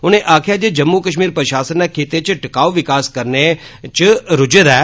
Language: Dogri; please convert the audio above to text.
उनें आक्खेआ जे जम्मू कश्मीर प्रशासन खित्तै इच टिकाऊ विकास करने इच रूज्झे दा ऐ